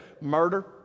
murder